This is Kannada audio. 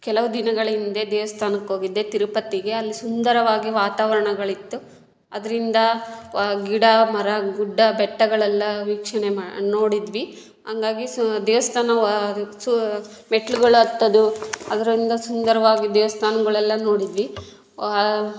ಕೆಲವು ದಿನಗಳ ಹಿಂದೆ ದೇವಸ್ಥಾನಕ್ಕೆ ಹೋಗಿದ್ದೆ ತಿರುಪತಿಗೆ ಅಲ್ಲಿ ಸುಂದರವಾಗಿ ವಾತಾವರಣಗಳಿತ್ತು ಅದರಿಂದ ವ ಗಿಡ ಮರ ಗುಡ್ಡ ಬೆಟ್ಟಗಳೆಲ್ಲ ವೀಕ್ಷಣೆ ಮಾ ನೋಡಿದ್ವಿ ಹಂಗಾಗಿ ಸೊ ದೇವಸ್ಥಾನವ ಸು ಮೆಟ್ಲುಗಳು ಹತ್ತದು ಅದ್ರಿಂದ ಸುಂದರವಾಗಿ ದೇವಸ್ಥಾನ್ಗಳೆಲ್ಲ ನೋಡಿದ್ವಿ